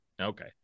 okay